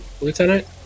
Lieutenant